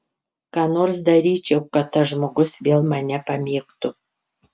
ką nors daryčiau kad tas žmogus vėl mane pamėgtų